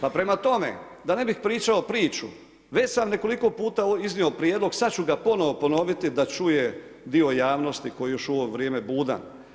Pa prema tome, da ne bih pričao priču već sam nekoliko puta iznio prijedlog, sada ću ga ponovo ponoviti da čuje dio javnosti koji je još u ovo vrijeme budan.